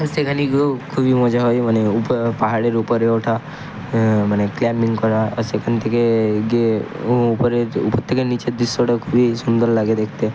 সেখানে গিয়েও খুবই মজা হয় মানে পাহাড়ের উপরে ওঠা মানে ক্লাম্বিং করা আর সেখান থেকে গিয়ে উপরে উপর থেকে নিচের দৃশ্যটা খুবই সুন্দর লাগে দেখতে